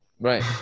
Right